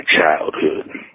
childhood